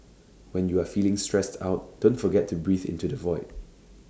when you are feeling stressed out don't forget to breathe into the void